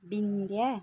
बिन्द्या